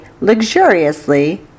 luxuriously